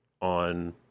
on